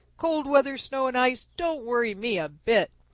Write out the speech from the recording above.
cold weather, snow and ice don't worry me a bit.